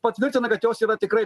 patvirtina kad jos yra tikrai